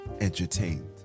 Entertained